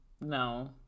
No